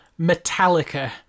Metallica